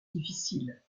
difficile